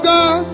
God